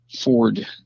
Ford